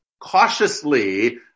cautiously